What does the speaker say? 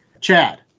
Chad